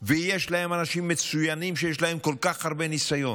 ויש להם אנשים מצוינים שיש להם כל כך הרבה ניסיון,